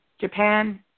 Japan